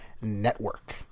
network